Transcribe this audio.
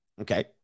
okay